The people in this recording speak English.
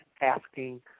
asking